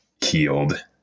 healed